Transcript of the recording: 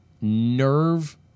nerve